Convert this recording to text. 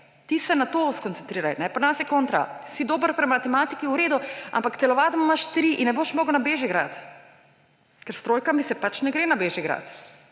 ti se na to skoncentriraj.« Ne, pri nas je kontra! Si dober pri matematiki? V redu, ampak telovadbo imaš tri in ne boš mogel na Bežigrad. Ker s trojkami se pač ne gre na Bežigrad,